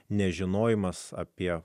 nežinojimas apie